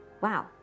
Wow